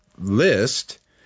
list